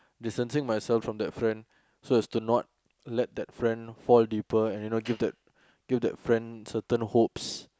distancing myself from that friend so as to not let that friend fall deeper and you know give that give that friend certain hopes